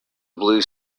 blue